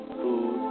food